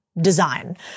design